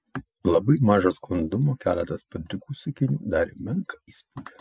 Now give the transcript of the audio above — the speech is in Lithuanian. labai maža sklandumo keletas padrikų sakinių darė menką įspūdį